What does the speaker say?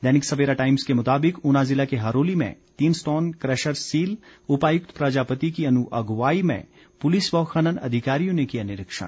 दैनिक Savera times के मुताबिक उना जिला के हरोली में तीन स्टोन कशर सील उपायुक्त प्रजापति की अगुवाई में पुलिस व खनन अधिकारियों ने किया निरीक्षण